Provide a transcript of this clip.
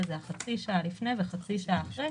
שזה חצי שעה לפני וחצי שעה אחרי,